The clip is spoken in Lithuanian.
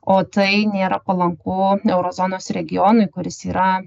o tai nėra palanku euro zonos regionui kuris yra